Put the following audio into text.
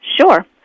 Sure